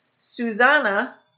Susanna